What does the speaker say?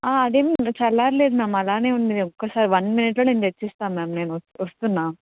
అదే చల్లారలేదు మ్యామ్ అలాగే ఉంది ఒకసారి వన్ మినిట్లో నేను తెచ్చిస్తాను మ్యామ్ నేను వ వస్తున్నాను